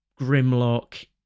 Grimlock